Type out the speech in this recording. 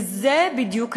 וזה בדיוק העניין.